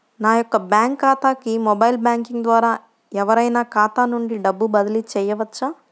నా యొక్క బ్యాంక్ ఖాతాకి మొబైల్ బ్యాంకింగ్ ద్వారా ఎవరైనా ఖాతా నుండి డబ్బు బదిలీ చేయవచ్చా?